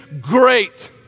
great